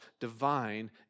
divine